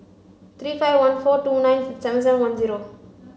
three five one four two nine seven seven one zero